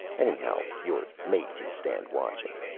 anyhow, your mate can stand watching.